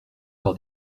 par